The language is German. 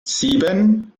sieben